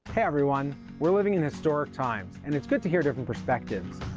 everyone we're living in historic times and it's good to hear different perspectives.